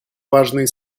важные